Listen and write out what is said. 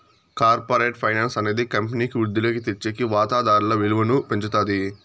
corporate finance అనేది కంపెనీకి వృద్ధిలోకి తెచ్చేకి వాతాదారుల విలువను పెంచుతాది